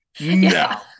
No